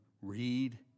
read